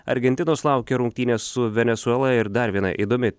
argentinos laukia rungtynės su venesuela ir dar viena įdomi